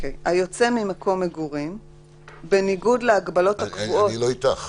(1)היוצא ממקום מגורים בניגוד להגבלות הקבועות בתקנה